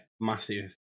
massive